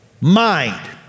mind